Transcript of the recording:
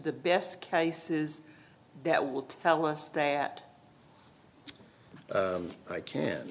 the best cases that will tell us that i can